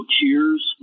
Cheers